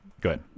Good